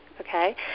okay